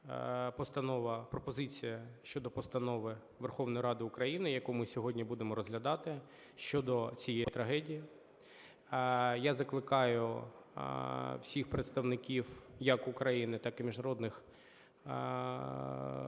пропозиція щодо постанови Верховної Ради України, яку ми сьогодні будемо розглядати, щодо цієї трагедії. Я закликаю всіх представників як України, так і міжнародних